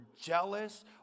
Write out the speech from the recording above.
jealous